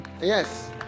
Yes